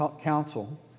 council